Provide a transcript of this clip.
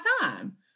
time